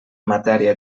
matèria